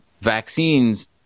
vaccines